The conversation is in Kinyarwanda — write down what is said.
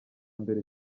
mbere